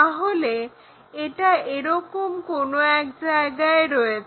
তাহলে এটা এরকম কোনো এক জায়গায় রয়েছে